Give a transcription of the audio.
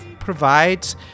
provides